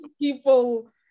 people